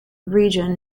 region